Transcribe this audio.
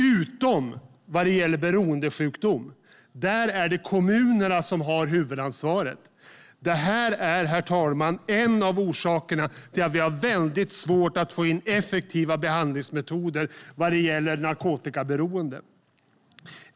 Men när det gäller beroendesjukdom är det i stället kommunerna som har huvudansvaret. Detta är, herr talman, en av orsakerna till att vi har väldigt svårt att få in effektiva behandlingsmetoder när det gäller narkotikaberoende.